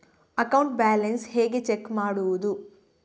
Account balance ಹೇಗೆ check ಮಾಡುವುದು?